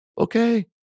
okay